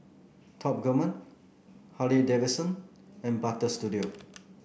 Top Gourmet Harley Davidson and Butter Studio